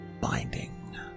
binding